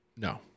No